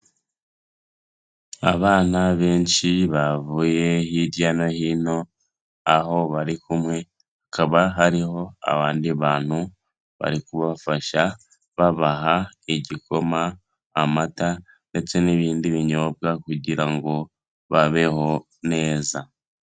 Abana benshi bavuye hirya no hino aho bari kumwe, hakaba hariho abandi bantu bari kubafasha babaha igikoma, amata ndetse n'ibindi binyobwa kugira ngo babeho neza.